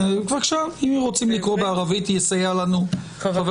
אם רוצים לקרוא בערבית, יסייע לנו חבר